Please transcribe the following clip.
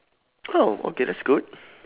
oh okay that's good